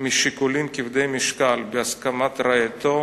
משיקולים כבדי משקל, בהסכמת רעייתו,